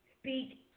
speak